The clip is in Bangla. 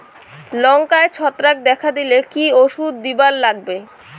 লঙ্কায় ছত্রাক দেখা দিলে কি ওষুধ দিবার লাগবে?